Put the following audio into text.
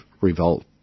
revolt